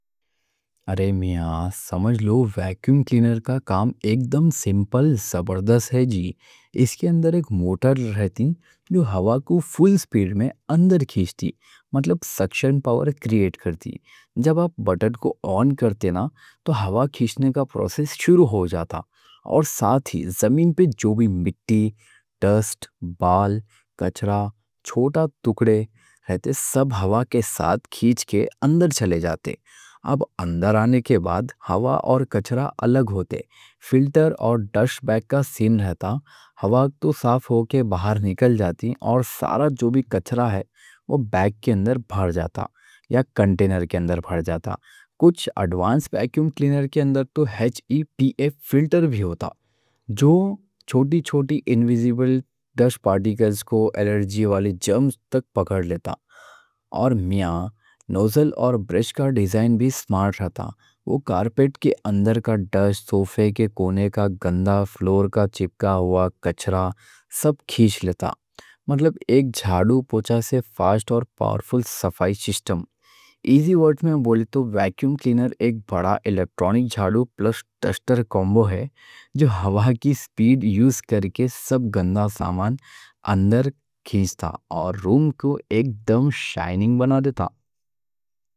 ارے میاں سمجھ لو، ویکیوم کلینر کا کام ایک دم سمپل، زبردست ہے جی۔ اس کے اندر ایک موٹر رہتی جو ہوا کو فل سپیڈ میں اندر کھیچتی۔ مطلب سکشن پاور کرتی، جب آپ بٹن کو آن کرتے نا تو ہوا کھیچنے کا پروسس شروع ہو جاتا۔ اور ساتھ ہی زمین پہ جو بھی مٹی، ڈسٹ، بال، کچرا، چھوٹے ٹکڑے رہتے سب ہوا کے ساتھ کھیچ کے اندر چلے جاتے۔ اب اندر آنے کے بعد ہوا اور کچرا الگ ہوتے، فلٹر اور ڈسٹ بیگ کا سین رہتا۔ ہوا تو صاف ہو کے باہر نکل جاتی اور سارا جو بھی کچرا ہے وہ بیگ کے اندر بھر جاتا یا کنٹینر کے اندر بھر جاتا۔ کچھ ایڈوانس ویکیوم کلینر کے اندر تو ہی پی اے فلٹر بھی ہوتا جو چھوٹی چھوٹی انویزیبل ڈسٹ پارٹیکلز کو الرجی والی جرمز تک پکڑ لیتا۔ اور میاں نوزل اور برش کا ڈیزائن بھی سمارٹ رہتا، وہ کارپٹ کے اندر کا، سوفے کے کونے کا، گندا فلور کا چپکا ہوا کچرا سب کھیچ لیتا۔ مطلب ایک جھاڑو پوچا سے فاسٹ اور پاورفل صفائی سسٹم، ایزی ورڈ میں بولے تو ویکیوم کلینر ایک بڑا الیکٹرونک جھاڑو پلس ڈسٹر کامبو ہے۔ جو ہوا کی سپیڈ یوز کر کے سب گندا سامان اندر کھیچتا اور روم کو ایک دم شائننگ بنا دیتا۔